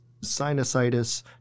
sinusitis